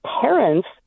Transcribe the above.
parents